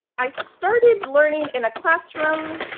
i started learning in a classroom.